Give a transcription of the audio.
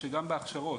שגם בהכשרות,